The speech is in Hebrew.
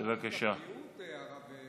לא ועדת הבריאות, הרב,